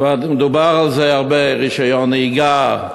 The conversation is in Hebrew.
כבר דובר על זה הרבה, רישיון נהיגה,